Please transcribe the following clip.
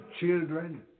children